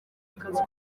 akazi